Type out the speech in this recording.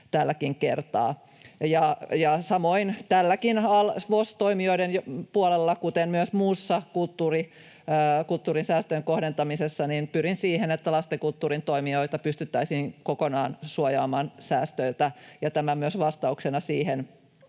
tälläkin kertaa. Samoin täälläkin VOS-toimijoiden puolella, kuten myös muussa kulttuurisäästöjen kohdentamisessa, pyrin siihen, että lastenkulttuurin toimijoita pystyttäisiin kokonaan suojaamaan säästöiltä, ja tämä myös vastauksena siihen,